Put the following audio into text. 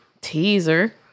teaser